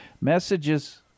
Messages